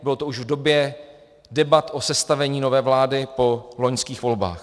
Bylo to už v době debat o sestavení nové vlády po loňských volbách.